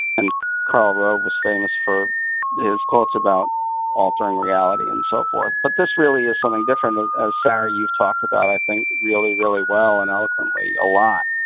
and karl rove was famous for his quotes about altering reality, and so forth. but this really is something different, as sarah you've talked about, i think, really, really well and eloquently a lot.